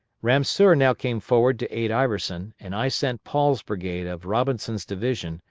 ramseur now came forward to aid iverson, and i sent paul's brigade of robinson's division,